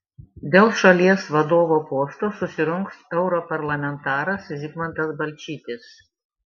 dėl šalies vadovo posto susirungs europarlamentaras zigmantas balčytis